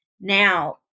Now